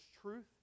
truth